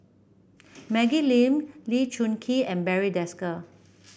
Maggie Lim Lee Choon Kee and Barry Desker